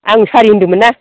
आं सारि होन्दोंमोनना